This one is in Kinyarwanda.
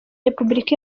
repubulika